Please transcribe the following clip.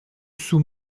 sous